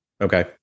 Okay